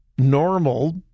normal